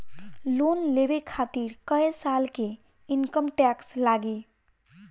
Loan लेवे खातिर कै साल के इनकम टैक्स लागी?